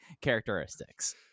characteristics